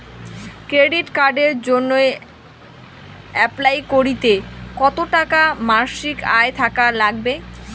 Credit কার্ডের জইন্যে apply করিতে কতো টাকা মাসিক আয় থাকা নাগবে?